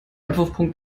abwurfpunkt